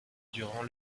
durant